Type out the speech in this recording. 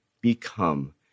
become